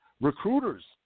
recruiters